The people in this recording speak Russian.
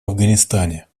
афганистане